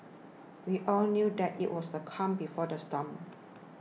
we all knew that it was the calm before the storm